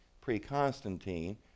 pre-Constantine